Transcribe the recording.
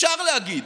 אפשר להגיד.